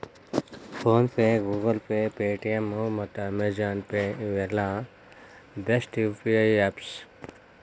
phone pay, Google Pay, Paytm ಮತ್ತ Amazon Pay ಇವೆಲ್ಲ best UPI apps